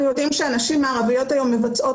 אנחנו יודעים שהנשים הערביות היום מבצעות